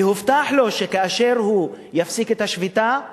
והובטח לו שכאשר הוא יפסיק את השביתה,